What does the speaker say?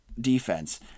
defense